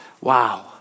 Wow